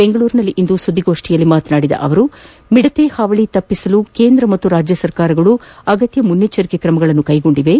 ಬೆಂಗಳೂರಿನಲ್ಲಿಂದು ಸುದ್ದಿಗೋಷ್ಠಿಯಲ್ಲಿ ಮಾತನಾಡಿದ ಅವರು ಮಿಡತೆ ಹಾವಳಿ ತಪ್ಪಿಸಲು ಕೇಂದ್ರ ಮತ್ತು ರಾಜ್ಯ ಸರ್ಕಾರಗಳು ಅಗತ್ಯ ಮುಂಜಾಗ್ರತಾ ಕ್ರಮ ಕ್ವೆಗೊಂಡಿವೆ